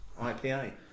IPA